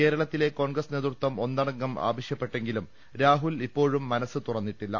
കേരളത്തിലെ കോൺഗ്രസ് നേതൃത്വം ഒന്നടങ്കം ആവശ്യപ്പെട്ടെങ്കിലും രാഹുൽ ഇപ്പോഴും മനസ്സ് തുറന്നിട്ടില്ല